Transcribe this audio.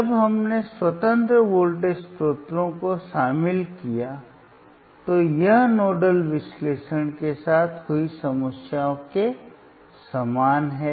जब हमने स्वतंत्र वोल्टेज स्रोतों को शामिल किया तो यह नोडल विश्लेषण के साथ हुई समस्या के समान है